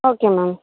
okay ma'am